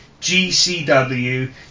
GCW